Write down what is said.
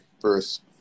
first